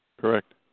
Correct